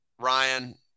Ryan